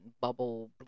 bubble